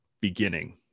beginning